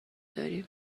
داریم